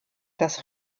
das